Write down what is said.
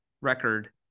record